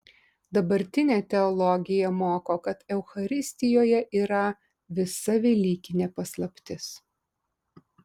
dabartinė teologija moko kad eucharistijoje yra visa velykinė paslaptis